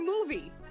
movie